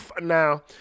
now